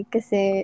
Kasi